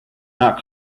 not